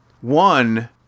One